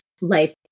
life